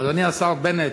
אדוני השר בנט,